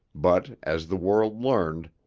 but as the world learned,